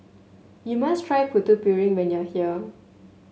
you must try Putu Piring when you are here